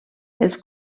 els